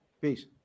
Peace